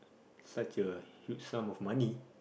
such a huge sum of money